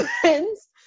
friends